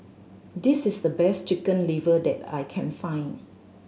this is the best Chicken Liver that I can find